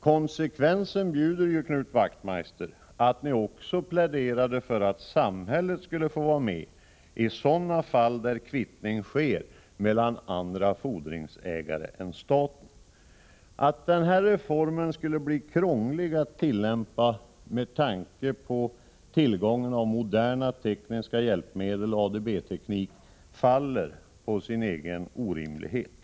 Konsekvensen bjuder ju Knut Wachtmeister att ni också pläderade för att samhället skulle få vara med i sådana fall där kvittning sker mellan andra fordringsägare än staten. Att denna reform skulle bli krånglig att tillämpa faller, med tanke på tillgången till moderna tekniska hjälpmedel och ADB-teknik, på sin egen orimlighet.